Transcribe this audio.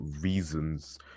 reasons